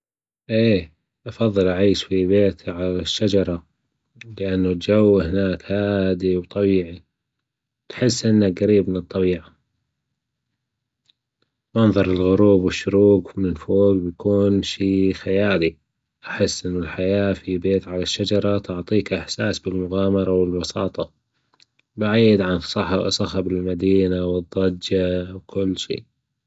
إيه أفضل أعيش في بيت علي الشجرة لأن الجو هناك هادي وطيب تحس إنك جريب من الطبيعة، منظر الغروب والشروق من فوج بيكون شي خيالي أحس إن الحياة في بيت علي الشجرة تعطيك إحساس بالمغامرة والبساطة بعيد عن صخب المدينة والضجة وكل شي.